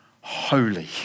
holy